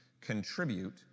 contribute